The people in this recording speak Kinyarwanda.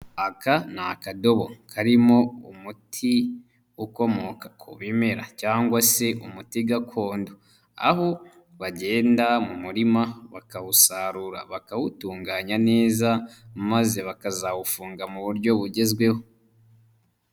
Aka ni akadobo karimo umuti ukomoka ku bimera cyangwa se umuti gakondo aho bagenda mu murima bakawusarura bakawutunganya neza maze bakazawufunga mu buryo bugezweho.